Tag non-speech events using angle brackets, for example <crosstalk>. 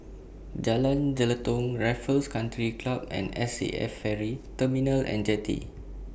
Jalan Jelutong Raffles Country Club and S A F Ferry <noise> Terminal and Jetty